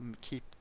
keep